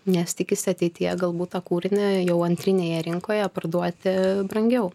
nes tikisi ateityje galbūt tą kūrinį jau antrinėje rinkoje parduoti brangiau